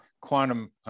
quantum